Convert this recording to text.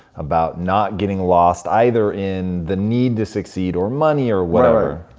about not getting lost? either in the need to succeed, or money, or whatever.